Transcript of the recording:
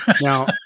Now